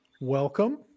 welcome